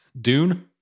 dune